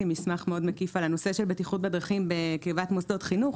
מסמך מאוד מקיף על הנושא של בטיחות בדרכים בקרבת מוסדות חינוך.